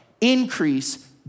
Increase